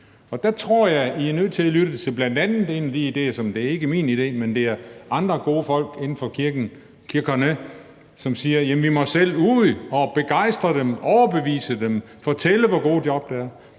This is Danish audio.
Der tror jeg, I bl.a. er nødt til at lytte til en idé – det er ikke min idé – der kommer fra andre gode folk inden for kirkerne, som siger: Vi må sælge ud og begejstre dem, overbevise dem, fortælle, hvor gode job det er.